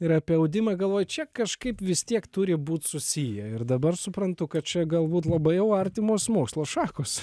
ir apie audimą galvoju čia kažkaip vis tiek turi būt susiję ir dabar suprantu kad čia galbūt labai jau artimos mokslo šakos